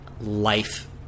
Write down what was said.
life